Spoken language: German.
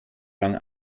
lang